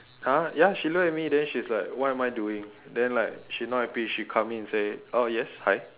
!huh! ya she looked at me then she's like what am I doing then like she not happy she come in say oh yes hi